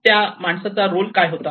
त्या माणसाचा रोल काय होता